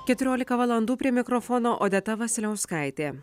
keturiolika valandų prie mikrofono odeta vasiliauskaitė